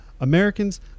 Americans